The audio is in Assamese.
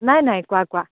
নাই নাই কোৱা কোৱা